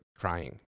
crying